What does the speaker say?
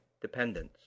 dependence